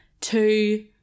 two